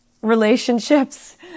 relationships